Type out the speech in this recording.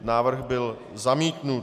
Návrh byl zamítnut.